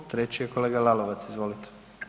Treći je kolega Lalovac, izvolite.